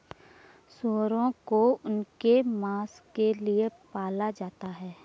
सूअरों को उनके मांस के लिए पाला जाता है